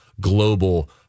global